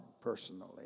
personally